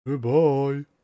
Goodbye